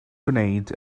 gwneud